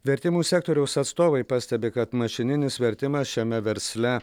vertimų sektoriaus atstovai pastebi kad mašininis vertimas šiame versle